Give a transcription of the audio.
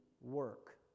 work